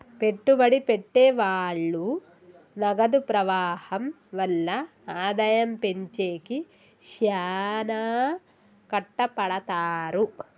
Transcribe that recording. పెట్టుబడి పెట్టె వాళ్ళు నగదు ప్రవాహం వల్ల ఆదాయం పెంచేకి శ్యానా కట్టపడతారు